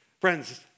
Friends